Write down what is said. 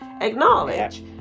acknowledge